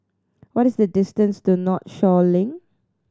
what is the distance to Northshore Link